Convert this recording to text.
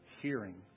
hearing